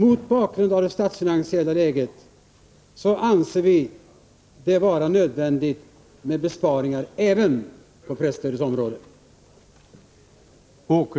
Mot bakgrund av det statsfinansiella läget anser vi det alltså vara nödvändigt med besparingar även på presstödets område.